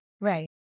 Right